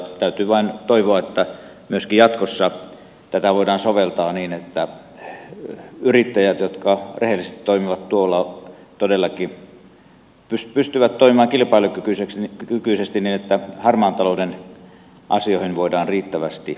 täytyy vaan nyt toivoa että myöskin jatkossa tätä voidaan soveltaa niin että yrittäjät jotka rehellisesti toimivat tuolla pystyvät todellakin toimimaan kilpailukykyisesti ja harmaan talouden asioihin voidaan riittävästi puuttua